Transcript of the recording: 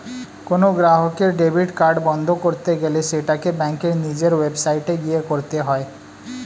কোনো গ্রাহকের debit card বন্ধ করতে গেলে সেটাকে ব্যাঙ্কের নিজের ওয়েবসাইটে গিয়ে করতে হয়ে